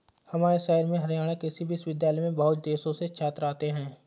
हमारे शहर में हरियाणा कृषि विश्वविद्यालय में बहुत देशों से छात्र आते हैं